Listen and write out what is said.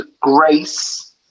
grace